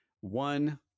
one